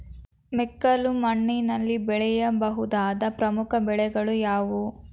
ಮೆಕ್ಕಲು ಮಣ್ಣಿನಲ್ಲಿ ಬೆಳೆಯ ಬಹುದಾದ ಪ್ರಮುಖ ಬೆಳೆಗಳು ಯಾವುವು?